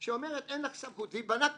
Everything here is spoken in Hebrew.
וכתבה: אין לך סמכות, והיא בנתה